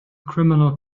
criminal